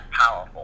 powerful